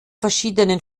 verschiedenen